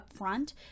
upfront